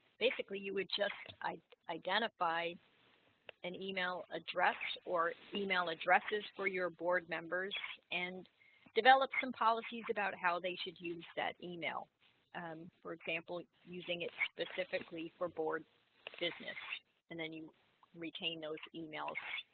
basically you would just i identify an email address or email addresses for your board members and develop some policies about how they should use that email um for example using its pacific lee for board business and then you retain those emails